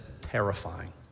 terrifying